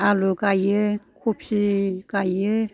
आलु गायो कबि गायो